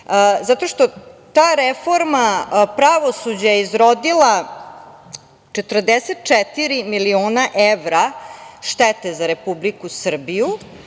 zato što ta reforma pravosuđa je izrodila 44 miliona evra štete za Republiku Srbiju,